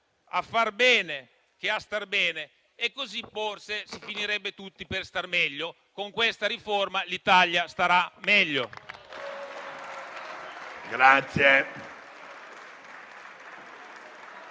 a far bene che a star bene e così forse si finirebbe tutti per star meglio. Con questa riforma l'Italia starà meglio.